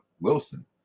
Wilson